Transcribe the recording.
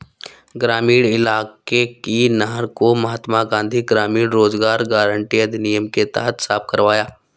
ग्रामीण इलाके की नहर को महात्मा गांधी ग्रामीण रोजगार गारंटी अधिनियम के तहत साफ करवाया